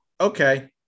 okay